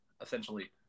essentially